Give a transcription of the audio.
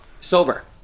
Sober